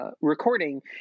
recording